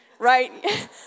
Right